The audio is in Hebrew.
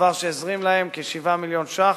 דבר שהזרים להם כ-7 מיליון שקל,